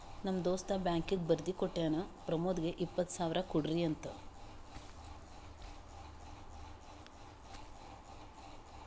ನಮ್ ದೋಸ್ತ ಬ್ಯಾಂಕೀಗಿ ಬರ್ದಿ ಕೋಟ್ಟಾನ್ ಪ್ರಮೋದ್ಗ ಇಪ್ಪತ್ ಸಾವಿರ ಕೊಡ್ರಿ ಅಂತ್